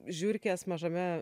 žiurkės mažame